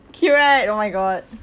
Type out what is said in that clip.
cute right oh my god